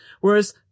Whereas